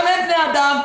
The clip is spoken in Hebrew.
גם הם בני אדם,